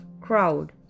crowd